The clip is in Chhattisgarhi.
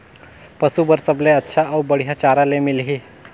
पशु बार सबले अच्छा अउ बढ़िया चारा ले मिलही?